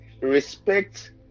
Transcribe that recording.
respect